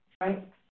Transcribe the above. Right